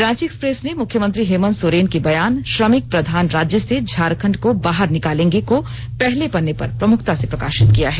Ranchi Express ने मुख्यमंत्री हेमंत सोरेन के बयान श्रमिक प्रधान राज्य से झारखंड को बाहर निकालेंगे को पहले पन्ने पर प्रमुखता से प्रकाशित किया है